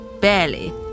Barely